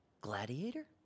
Gladiator